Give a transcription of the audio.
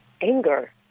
anger